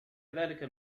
ذلك